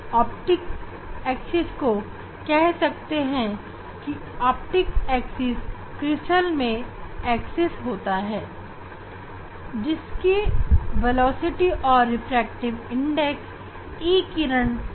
हम optics axis को कह सकते हैं की ऑप्टिक्स एक्सिस क्रिस्टल में वह दिशा होती है जिसके लिए E किरण और O किरण की वेलोसिटी और रिफ्रैक्टिव इंडेक्स समान हो